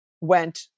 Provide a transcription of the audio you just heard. went